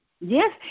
Yes